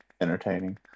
entertaining